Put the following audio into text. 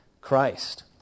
Christ